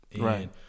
right